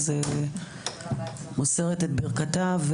אז מוסרת את ברכתה,